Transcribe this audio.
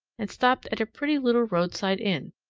and stopped at a pretty little roadside inn,